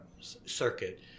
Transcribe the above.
circuit